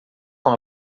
com